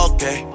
Okay